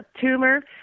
tumor